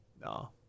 No